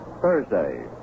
Thursday